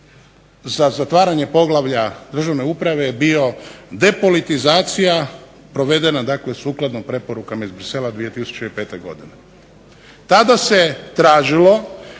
za zatvaranje poglavlja državne uprave je bio depolitizacija provedena sukladno provedena preporukama iz Bruxellesa 2005. godine. Tada se tražilo